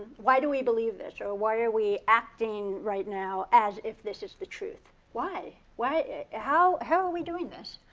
why do we believe this, or why are we acting right now as if this is the truth? why? how how are we doing this?